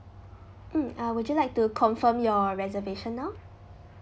mm uh would you like to confirm your reservation now